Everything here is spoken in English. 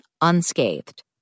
unscathed